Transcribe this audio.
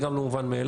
זה גם לא מובן מאליו.